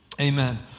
Amen